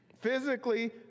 physically